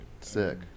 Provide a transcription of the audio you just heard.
sick